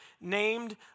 named